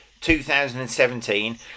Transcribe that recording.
2017